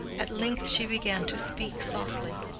at length she began to speak softly.